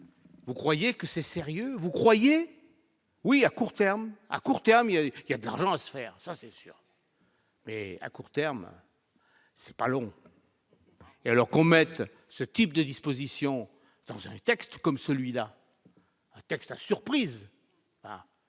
vous croyez que c'est sérieux, vous croyez oui à court terme, à court terme, il y a eu qui adhérent à faire ça, c'est sûr. Mais à court terme, c'est pas long et alors qu'on mette ce type de disposition dans un texte comme celui-là, Texas surprise.